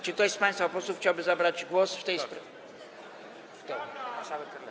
Czy ktoś z państwa posłów chciałby zabrać głos w tej sprawie?